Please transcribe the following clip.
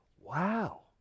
Wow